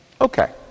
Okay